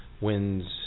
wins